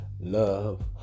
love